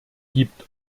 gibt